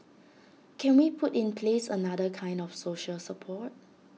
can we put in place another kind of social support